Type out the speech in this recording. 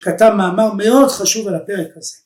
כתב מאמר מאוד חשוב על הפרק הזה